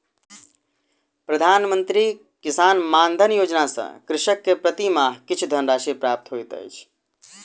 प्रधान मंत्री किसान मानधन योजना सॅ कृषक के प्रति माह किछु धनराशि प्राप्त होइत अछि